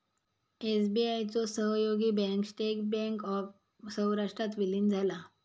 SBI चो सहयोगी bank state bank of सौराष्ट्रात विलीन झाला